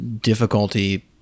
difficulty